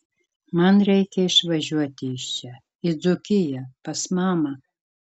man reikia išvažiuoti iš čia į dzūkiją pas mamą